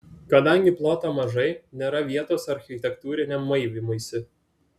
kadangi ploto mažai nėra vietos architektūriniam maivymuisi